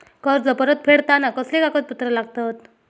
कर्ज परत फेडताना कसले कागदपत्र लागतत?